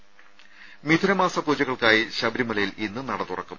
രമേ മിഥുനമാസ പൂജകൾക്കായി ശബരിമലയിൽ ഇന്ന് നട തുറക്കും